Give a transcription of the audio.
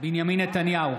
בנימין נתניהו,